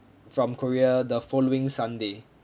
from korea the following sunday